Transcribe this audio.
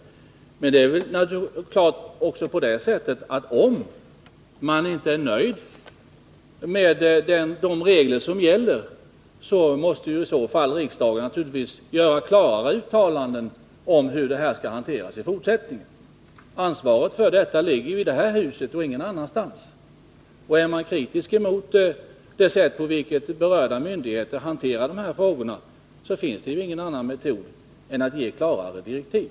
Sedan är det givetvis så, att om man inte är nöjd med de regler som gäller, måste man se till att man av riksdagen får klarare uttalanden om hur detta skall hanteras i fortsättningen. Ansvaret ligger ju i det här huset och ingen annanstans. Är man kritisk emot det sätt på vilket berörda myndigheter hanterar dessa frågor, finns det ingen annan metod än att riksdagen ger klarare direktiv.